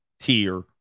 Tier